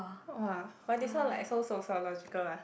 !wah! why this one like so sociological ah